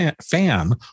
fan